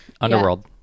Underworld